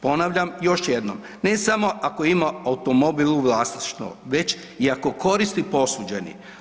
Ponavljam još jednom, ne samo ako ima automobil u vlasništvu već i ako koristi posuđeni.